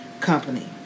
company